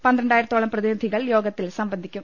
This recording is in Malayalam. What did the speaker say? പന്ത്രണ്ടായി രത്തോളം പ്രതിനിധികൾ യോഗത്തിൽ സംബന്ധിക്കും